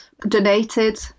donated